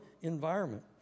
environment